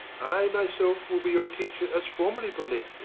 i, myself, will be your teacher as formerly, bolette.